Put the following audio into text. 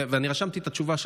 ואני רשמתי את התשובה שלך,